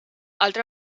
altra